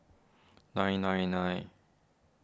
nine nine nine